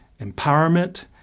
Empowerment